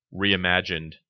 reimagined